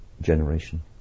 generation